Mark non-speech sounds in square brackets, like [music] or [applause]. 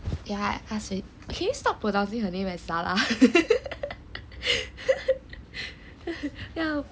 ya ask already can you stop pronouncing her name salah [laughs]